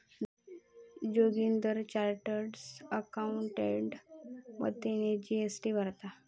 Joginder chartered accountant मदतीने GST भरता